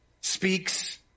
speaks